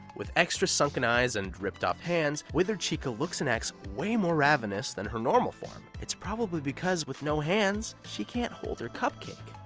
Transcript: with extra sunken eyes and ripped-off hands, withered chica looks and acts way more ravenous than her normal form. it's probably because with no hands she can't hold her cupcake!